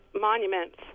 monuments